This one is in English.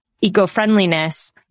eco-friendliness